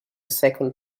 second